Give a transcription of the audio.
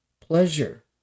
pleasure